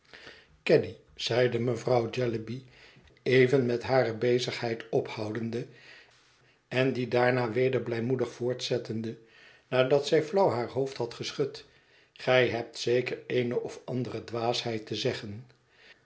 caddy zeide mevrouw jellyby even met hare bezigheid ophoudende en die daarna weder blijmoedig voortzettende nadat zij flauw haar hoofd had geschud gij hebt zeker eene of andere dwaasheid te zeggen